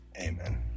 Amen